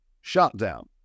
shutdown